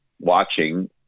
watching